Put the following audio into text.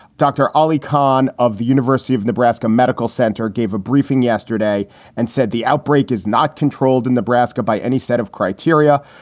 dr. ali khan of the university of nebraska medical center gave a briefing yesterday and said the outbreak is not controlled in nebraska by any set of criteria.